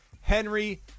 Henry